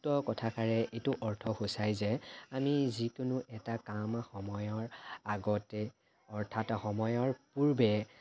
উক্ত কথাষাৰে এইটো অৰ্থ সূচায় যে আমি যিকোনো এটা কাম সময়ৰ আগতে অৰ্থাৎ সময়ৰ পূৰ্বে